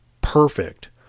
perfect